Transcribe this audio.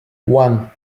one